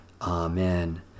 Amen